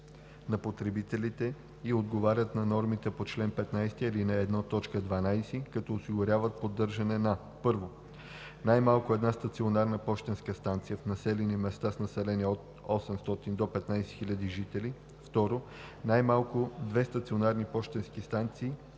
на потребителите и отговарят на нормативите по чл. 15, ал. 1, т. 12, като осигуряват поддържане на: 1. най-малко една стационарна пощенска станция в населени места с население от 800 до 15 000 жители; 2. най-малко две стационарни пощенски станции